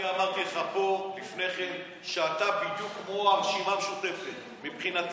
אני אמרתי לך פה לפני כן שאתה בדיוק כמו הרשימה המשותפת מבחינתי.